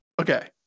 Okay